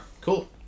cool